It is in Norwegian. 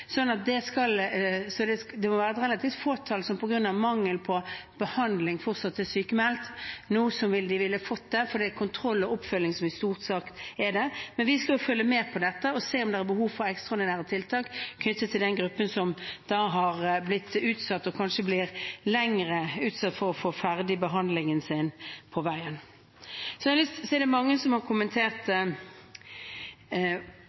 Så det må være et relativt lite tall som på grunn av mangel på behandling fortsatt er sykmeldt nå som de ville fått det, for det er stort sett kontroller og oppfølging som er utsatt. Men vi skal jo følge med på dette og se på om det er behov for ekstraordinære tiltak knyttet til den gruppen som da har fått utsatt – og som kanskje blir utsatt enda lenger – å få ferdig behandlingen sin. Så er det mange som har kommentert